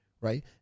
Right